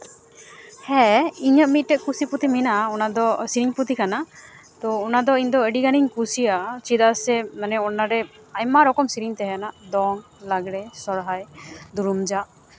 ᱦᱮᱸ ᱤᱧᱟᱹᱜ ᱢᱤᱫᱴᱟᱝ ᱠᱩᱥᱤ ᱯᱩᱛᱷᱤ ᱢᱮᱱᱟᱜᱼᱟ ᱚᱱᱟᱫᱚ ᱥᱮᱨᱮᱧ ᱯᱩᱛᱷᱤ ᱠᱟᱱᱟ ᱛᱚ ᱚᱱᱟᱫᱚ ᱤᱧᱫᱚ ᱟᱹᱰᱤ ᱜᱟᱱᱤᱧ ᱠᱩᱥᱤᱭᱟᱜᱼᱟ ᱪᱮᱫᱟᱜ ᱥᱮ ᱚᱱᱟᱨᱮ ᱟᱭᱢᱟ ᱨᱚᱠᱚᱢ ᱥᱮᱨᱮᱧ ᱛᱟᱦᱮᱱᱟ ᱫᱚᱝ ᱞᱟᱜᱽᱲᱮ ᱥᱚᱨᱦᱟᱭ ᱡᱷᱟᱨᱩᱢᱡᱟᱜ